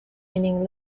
meaning